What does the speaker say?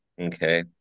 Okay